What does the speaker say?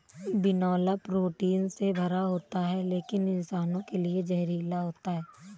बिनौला प्रोटीन से भरा होता है लेकिन इंसानों के लिए जहरीला होता है